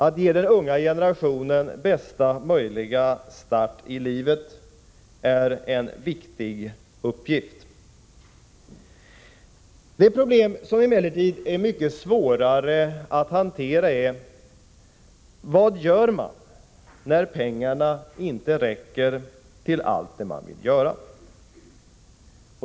Att ge den unga generationen bästa möjliga start i livet är en central uppgift. Det problem som emellertid är mycket svårare att hantera är: Vad gör man när pengarna inte räcker till allt det man vill göra?